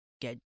get